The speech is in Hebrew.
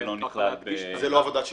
זה לא עבודת שיפוצים.